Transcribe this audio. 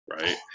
Right